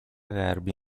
غربی